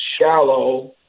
shallow